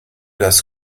das